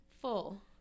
Full